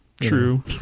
True